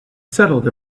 settled